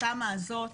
התמ"א הזאת,